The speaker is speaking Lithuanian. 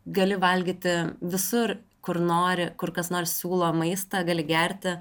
gali valgyti visur kur nori kur kas nors siūlo maistą gali gerti